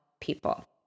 people